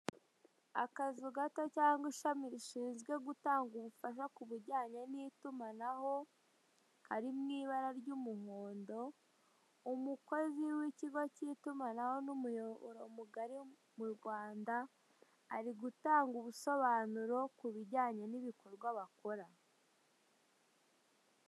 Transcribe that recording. Akazu gato cyangwa ishami rishinzwe gutanga ubufasha ku bijyanye n'itumanaho, kari mu ibara ry'umuhondo. Umukozi w'ikigo cy'itumanaho n'umuyoboro mugari mu Rwanda, ari gutanga ubusobanuro ku bijyanye n'ibikorwa bakora.